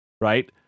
right